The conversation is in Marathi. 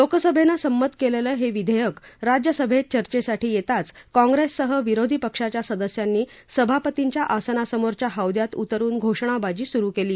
लोकसभेनं संमत केलेलं हे विघेयक राज्यसभेत चर्चेसाठी येताच काँप्रेससह विरोधी पक्षांच्या सदस्यांनी सभापतींच्या आसनासमोरच्या हौद्यात उतरून घोषणाबाजी सुरू केली